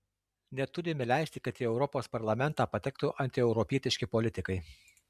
neturime leisti kad į europos parlamentą patektų antieuropietiški politikai